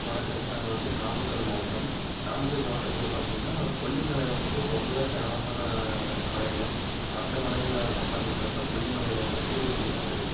வணக்கங்க நாங்கள் வந்து நாமக்கல் மாவட்டம் நாமக்கல் மாவட்டத்தில் பார்த்தீங்கன்னா கொல்லி மலை வந்துட்டு ரொம்பவே ஃபேமஸான மலைங்க மற்ற மலைங்களை கம்பேர் பண்ணுறப்ப கொல்லி மலையில் வந்துட்டு உங்களுக்கு